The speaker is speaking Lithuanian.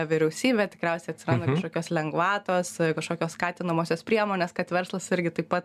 vyriausybė tikriausiai atsiranda kažkokios lengvatos kažkokios skatinamosios priemonės kad verslas irgi taip pat